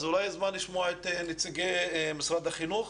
אז אולי הזמן לשמוע את נציגי משרד החינוך.